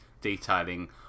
detailing